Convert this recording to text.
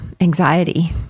anxiety